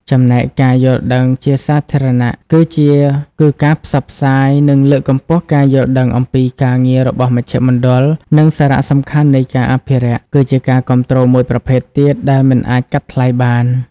ចំណែកការយល់ដឹងជាសាធារណគឺការផ្សព្វផ្សាយ និងលើកកម្ពស់ការយល់ដឹងអំពីការងាររបស់មជ្ឈមណ្ឌល និងសារៈសំខាន់នៃការអភិរក្ស គឺជាការគាំទ្រមួយប្រភេទទៀតដែលមិនអាចកាត់ថ្លៃបាន។